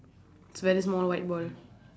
very small white ball